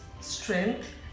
strength